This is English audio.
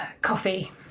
Coffee